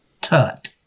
Tut